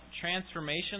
transformation